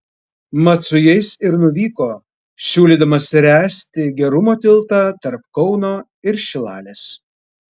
mat su jais ir nuvyko siūlydamas ręsti gerumo tiltą tarp kauno ir šilalės